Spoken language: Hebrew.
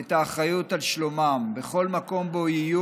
את האחריות לשלומם בכל מקום שבו יהיו